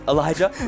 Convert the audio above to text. Elijah